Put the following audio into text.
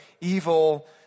evil